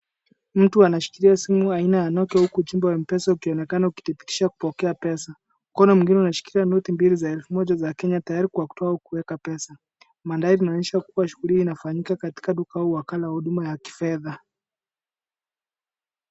Mtu anashikilia simu aina ya Nokia huku ujumbe wa M-pesa ukionekana ilidhibitisha kupokea pesa. Mkono mwingine unashikilia noti mbili za elfu moja za Kenya tayari kuweka au kutoa pesa. Mandhari inaonyesha kuwa shughuli hii inafanyika Katika duka au wakala wa huduma ya kifedha.